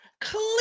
clear